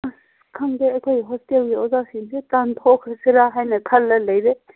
ꯑꯁ ꯈꯪꯗꯦ ꯑꯩꯈꯣꯏ ꯍꯣꯁꯇꯦꯜꯒꯤ ꯑꯣꯖꯥꯁꯤꯡꯁꯦ ꯇꯥꯟꯊꯣꯛꯈ꯭ꯔꯁꯤꯔ ꯍꯥꯏꯅ ꯈꯜꯂ ꯂꯩꯔꯦ